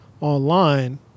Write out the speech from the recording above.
online